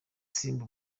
simba